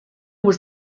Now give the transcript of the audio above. was